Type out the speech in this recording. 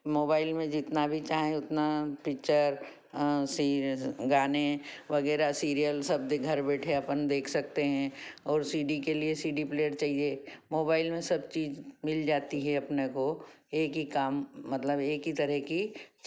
mobile में जितना भी चाहें उतना पिक्चर सी गाने वगैरह सीरियल शब्द घर बैठे अपन देख सकते हैं और सी डी के लिए सी डी प्लेयर चहिए मोबाइल में सब चीज मिल जाती है अपने को एक ही काम मतलब एक ही तरह की चीज